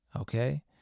okay